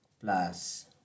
plus